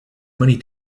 money